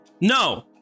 No